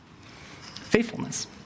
faithfulness